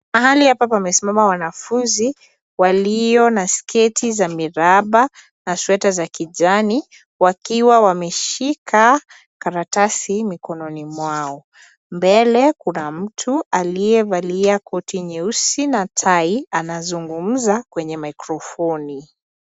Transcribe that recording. Pahali hapa pamesimama wanafunzi walio na sketi za miraba na sweta za kijani wakiwa wameshika karatasi mikononi mwao. Mbele kuna mtu aliyevalia koti nyeusi na tai anazungumza kwenye maikrofoni.